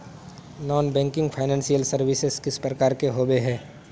Non banking financial services किस प्रकार के होबे है?